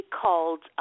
called